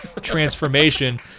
transformation